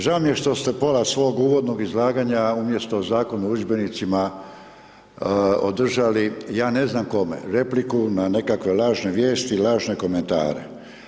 Žao mi je što ste pola svog uvodnog izlaganja umjesto Zakona o udžbenicima održali, ja ne znam kome, repliku na nekakve lažne vijesti, lažne komentare.